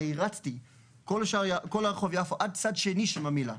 אני רצתי את כל רחוב יפו עד צד שני של ממילא.